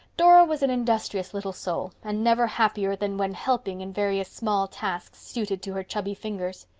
dora was an industrious little soul and never happier than when helping in various small tasks suited to her chubby fingers.